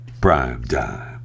primetime